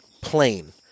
plain